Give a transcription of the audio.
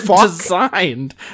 designed